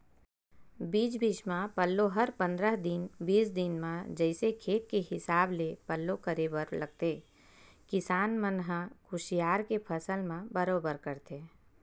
बीच बीच म पल्लो हर पंद्रह दिन बीस दिन म जइसे खेत के हिसाब ले पल्लो करे बर लगथे किसान मन ह कुसियार के फसल म बरोबर करथे